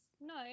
No